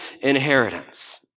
inheritance